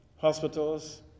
hospitals